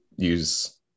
use